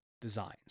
designs